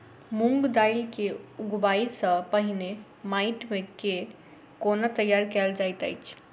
मूंग दालि केँ उगबाई सँ पहिने माटि केँ कोना तैयार कैल जाइत अछि?